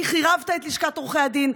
כי חירבת את לשכת עורכי הדין,